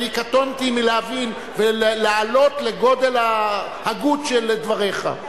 אני קטונתי מלהבין ולעלות לגודל ההגות של דבריך.